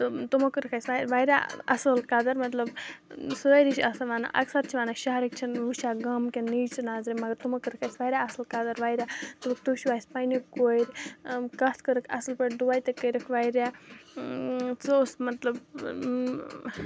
تہٕ تِمو کٔرٕکھ اَسہِ واریاہ اَصٕل قَدٕر مطلب سٲری چھِ آسان وَنان اَکثَر چھِ وَنان شَہرٕکۍ چھِنہٕ وٕچھان گامہٕ کٮ۪ن نیچہٕ نَظرِ مگر تِمو کٔرٕکھ اَسہِ واریاہ اَصٕل قَدٕر واریاہ دوٚپُکھ تُہۍ چھُو اَسہِ پنٛنہِ کورِ کَتھ کٔرٕکھ اَصٕل پٲٹھۍ دُعا تہِ کٔرِکھ واریاہ سُہ اوس مطلب